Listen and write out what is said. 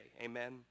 Amen